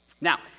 Now